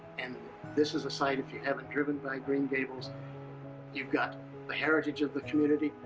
and this is a site if you haven't driven by green gables you've got the heritage of the community,